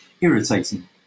irritating